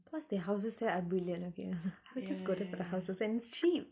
cause their houses there are brilliant okay I'll just go there for the houses and it's cheap